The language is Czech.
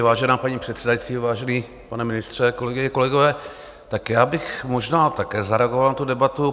Vážená paní předsedající, vážený pane ministře, kolegyně, kolegové, já bych možná také zareagoval na tu debatu.